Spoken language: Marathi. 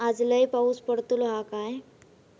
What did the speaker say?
आज लय पाऊस पडतलो हा काय?